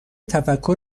تفکر